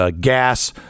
gas